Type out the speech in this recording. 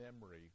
memory